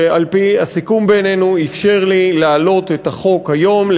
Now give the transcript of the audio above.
שעל-פי הסיכום בינינו אפשר לי להעלות את החוק היום,